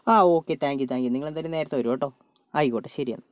ആ okay thank you thank you നിങ്ങൾ എന്തായാലും നേരത്തെ വരൂ കെട്ടോ ആയിക്കോട്ടെ ശരിയെന്നാൽ